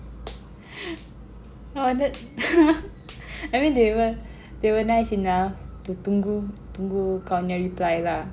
I mean they were they were nice enough to tunggu tunggu kau punya reply lah